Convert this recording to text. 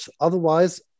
Otherwise